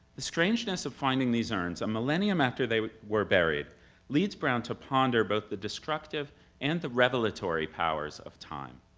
the strangeness of finding these urns a millennium after they were buried leads browne to ponder both the destructive and the revelatory revelatory powers of time.